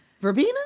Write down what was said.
Verbena